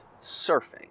surfing